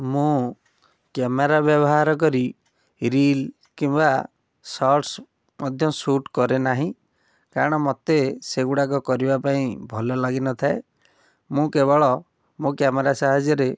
ମୁଁ କ୍ୟାମେରା ବ୍ୟବହାର କରି ରିଲ୍ କିମ୍ବା ସର୍ଟ୍ସ ମଧ୍ୟ ସୁଟ୍ କରେ ନାହିଁ କାରଣ ମୋତେ ସେଇଗୁଡ଼ାକ କରିବା ପାଇଁ ଭଲ ଲାଗି ନଥାଏ ମୁଁ କେବେଳ ମୋ କ୍ୟାମେରା ସାହାଯ୍ୟରେ